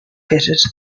fitted